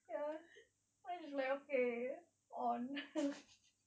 ya and she's like okay on